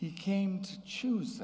he came to choose